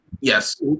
Yes